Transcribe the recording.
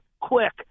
quick